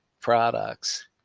products